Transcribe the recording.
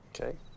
Okay